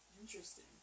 Interesting